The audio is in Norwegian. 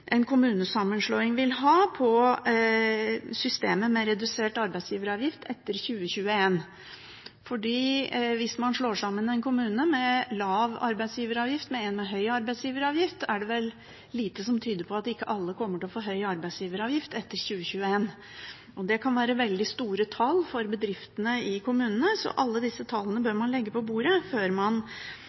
en kommunesammenslåing vil ha på systemet med redusert arbeidsgiveravgift etter 2021, for hvis man slår en kommune med lav arbeidsgiveravgift sammen med en med høy arbeidsgiveravgift, er det vel lite som tyder på at ikke alle kommer til å få høy arbeidsgiveravgift etter 2021. Det kan være veldig store tall for bedriftene i kommunene, så alle disse tallene bør man legge på bordet før man